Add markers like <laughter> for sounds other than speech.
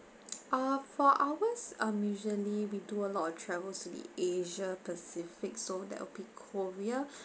<noise> uh for ours um usually we do a lot of travel the asia pacific so that will be korea